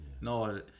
no